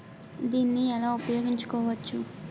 దీన్ని ఎలా ఉపయోగించు కోవచ్చు?